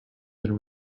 been